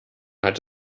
hat